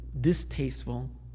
distasteful